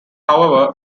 however